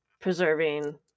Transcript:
preserving